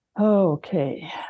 Okay